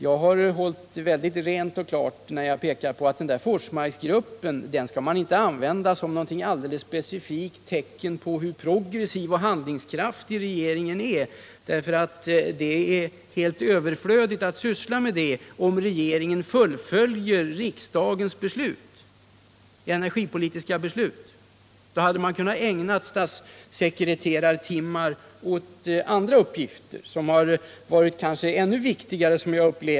Jag har försökt att tala rent och klart, när jag pekat på att Forsmarksgruppen skall man inte se som något specifikt tecken på att regeringen är progressiv och handlingskraftig. Det är helt överflödigt att tala om den saken. Regeringen har bara att fullfölja riksdagens energipolitiska beslut. Gör man det, så kan man också ägna många statssekreterartimmar åt andra uppgifter, som jag upplever som kanske ännu viktigare.